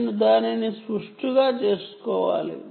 నేను దానిని సిమ్మెట్రీకల్ గా చేసుకోవాలి